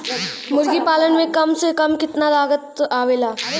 मुर्गी पालन में कम से कम कितना लागत आवेला?